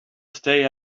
stay